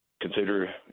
consider